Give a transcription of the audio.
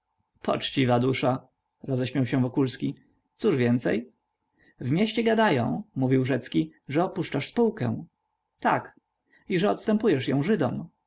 poczciwa dusza rozśmiał się wokulski cóż więcej w mieście gadają mówił rzecki że opuszczasz spółkę tak i że odstępujesz ją żydom